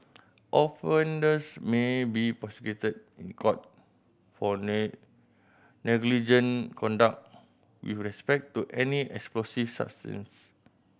offenders may be prosecuted in court for negligent conduct with respect to any explosive substance